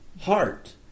heart